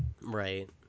Right